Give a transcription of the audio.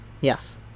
Yes